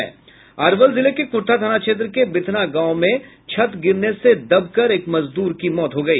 अरवल जिले के कुर्था थाना क्षेत्र के बिथरा गांव में छत गिरने से दबकर एक मजदूर की मौत हो गई